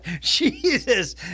Jesus